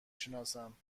شناسم